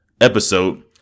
episode